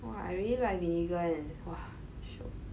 !wah! I really like vinegar and !wah! shiok